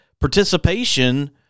participation